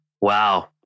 Wow